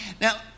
Now